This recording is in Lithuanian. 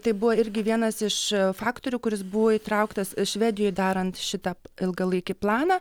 tai buvo irgi vienas iš faktorių kuris buvo įtrauktas švedijoj darant šitą ilgalaikį planą